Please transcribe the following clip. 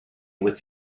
with